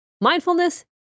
mindfulness